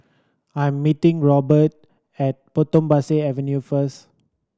I am meeting Roberta at Potong Pasir Avenue first